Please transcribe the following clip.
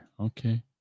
Okay